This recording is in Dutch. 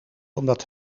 omdat